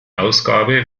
ausgabe